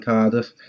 Cardiff